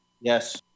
Yes